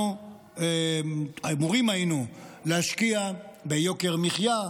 אנחנו אמורים היינו להשקיע ביוקר המחיה,